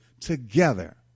together